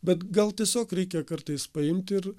bet gal tiesiog reikia kartais paimt ir